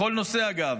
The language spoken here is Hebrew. בכל נושא, אגב.